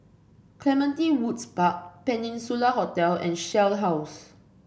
Clementi Woods Park Peninsula Hotel and Shell House